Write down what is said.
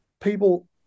people